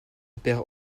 père